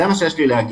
זה מה שיש לי להגיד.